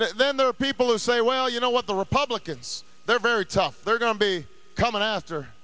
then there are people who say well you know what the republicans they're very tough they're going to be coming after